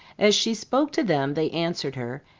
as she spoke to them, they answered her,